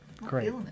Great